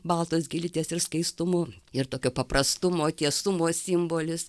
baltos gėlytės ir skaistumo ir tokio paprastumo tiesumo simbolis